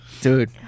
Dude